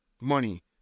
money